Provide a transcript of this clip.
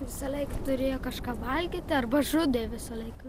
visąlaik turėjo kažką valgyti arba žudė visą laiką